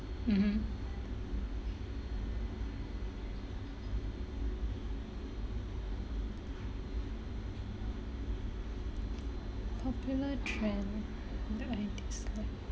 mmhmm popular trend that I dislike